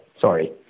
Sorry